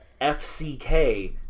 fck